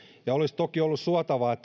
ja olisi toki ollut suotavaa